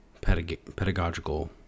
pedagogical